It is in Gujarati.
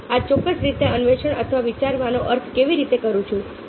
હું આ ચોક્કસ રીતે અન્વેષણ અથવા વિચારવાનો અર્થ કેવી રીતે કરું છું